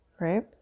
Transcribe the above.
Right